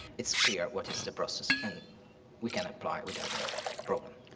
it's clear what is the process. and we can apply without any problem.